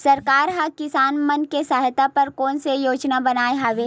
सरकार हा किसान मन के सहायता बर कोन सा योजना बनाए हवाये?